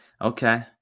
okay